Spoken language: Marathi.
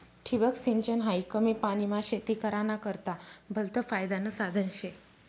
ठिबक सिंचन हायी कमी पानीमा शेती कराना करता भलतं फायदानं साधन शे